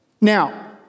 Now